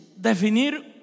Definir